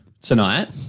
tonight